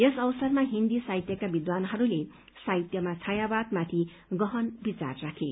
यस अवसरमा हिन्दी साहित्यका विद्वानहरूले साहित्यमा छायावादमाथि आफ्नो आफ्नो विचार राखे